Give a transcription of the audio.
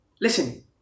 Listen